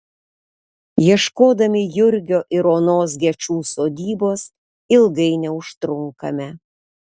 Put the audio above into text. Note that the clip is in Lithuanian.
ieškodami jurgio ir onos gečų sodybos ilgai neužtrunkame